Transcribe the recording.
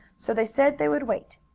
so they said they would wait.